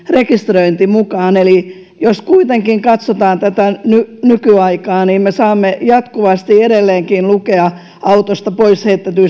rekisteröinti mukaan jos kuitenkin katsotaan tätä nykyaikaa niin me saamme jatkuvasti edelleenkin lukea autoista pois heitetyistä